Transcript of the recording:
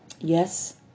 Yes